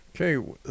Okay